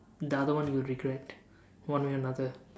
the other one you will regret one way or another